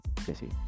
Jesse